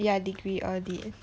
ya degree audit